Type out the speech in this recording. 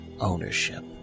ownership